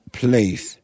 place